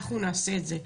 אנחנו נעשה את זה,